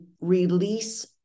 release